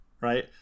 right